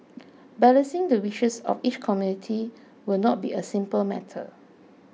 balancing the wishes of each community will not be a simple matter